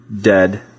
dead